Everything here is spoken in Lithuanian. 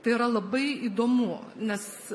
tai yra labai įdomu nes